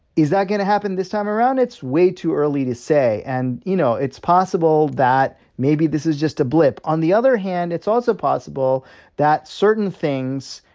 is that going to happen this time around? it's way too early to say. and, you know, it's possible that maybe this is just a blip. on the other hand, it's also possible that certain things,